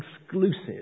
exclusive